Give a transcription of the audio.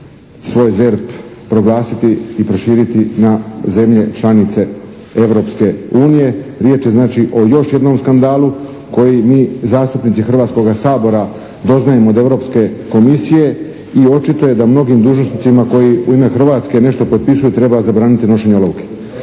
svoj «ZERP» proglasiti i proširiti na zemlje članice Europske unije. Riječ je znači o još jednom skandalu koji mi zastupnici Hrvatskoga sabora doznajemo od Europske komisije i očito je da mnogim dužnosnicima koji u ime Hrvatske nešto potpisuju treba zabraniti nošenje olovke.